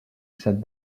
said